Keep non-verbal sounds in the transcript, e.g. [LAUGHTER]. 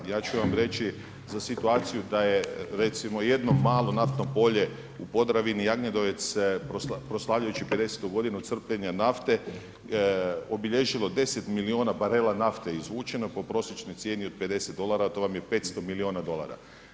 Ja ću vam reći, za situaciju, da je recimo jedno malo naftno polje u Podravini … [UNINTELLIGIBLE] proslavljajući 50 godinu crpljenja nafte, obilježilo 10 milijuna barela nafte izvučeno po prosječnoj cijeni od 50 dolara, to vam je 500 milijuna dolara.